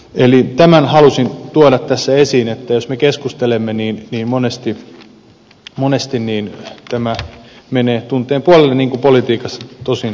eli tämän halusin tuoda tässä esiin että jos me keskustelemme niin monesti tämä menee tunteen puolelle niin kuin politiikassa tosin toki saa mennä